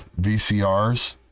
VCRs